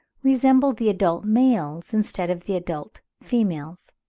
resemble the adult males instead of the adult females.